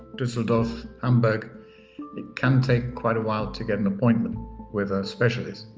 dusseldorf, hamburg. it can take quite a while to get an appointment with a specialist.